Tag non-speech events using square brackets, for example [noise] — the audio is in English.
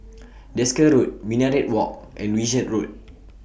[noise] Desker Road Minaret Walk and Wishart Road